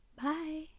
Bye